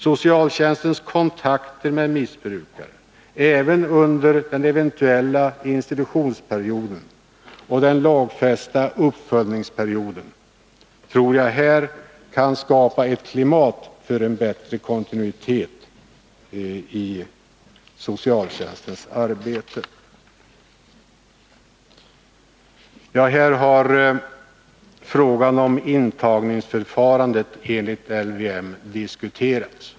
Socialtjänstens kontakter med missbrukare även under den eventuella institutionsperioden och den lagfästa uppföljningsperioden tror jag kan skapa ett klimat för bättre kontinuitet i socialtjänstens arbete. Frågan om intagningsförfarandet enligt LVM har diskuterats.